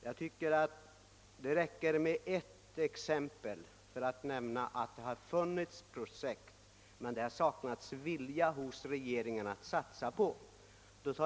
Jag tycker att det räcker med ett exempel för att visa att det har funnits projekt, men att det har saknats vilja hos regeringen att satsa på dessa.